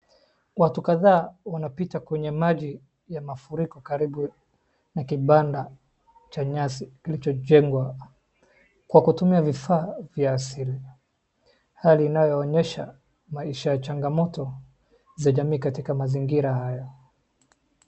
Watu kadhaa wanapita kwenye maji ya mafuriko karibu na kibanda cha nyasi kilichojengwa kwa kutumia vifaa vya asili, hali inayoonyesha maisha ya changamoto za jamii katika mazingira haya.